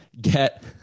get